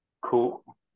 cool